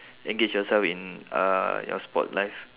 engage yourself in uh your sport life